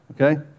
okay